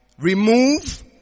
remove